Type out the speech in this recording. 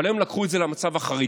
אבל הם לקחו את זה למצב החריג.